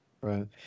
Right